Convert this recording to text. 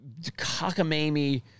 cockamamie